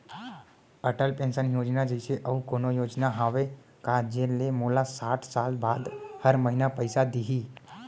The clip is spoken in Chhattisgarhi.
अटल पेंशन योजना जइसे अऊ कोनो योजना हावे का जेन ले मोला साठ साल बाद हर महीना पइसा दिही?